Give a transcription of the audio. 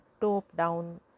top-down